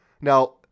now